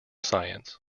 science